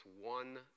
one